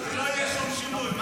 שלא יגידו לך: משפט קואליציוני.